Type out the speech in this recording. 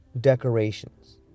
decorations